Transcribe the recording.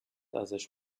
ازش